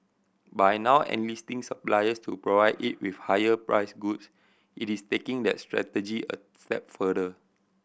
by now enlisting suppliers to provide it with higher priced goods it is taking that strategy a step further